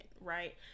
right